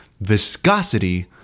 viscosity